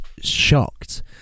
shocked